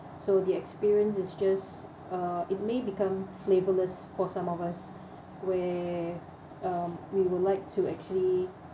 so the experience is just uh it may become flavourless for some of us where uh we would like to actually